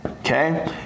Okay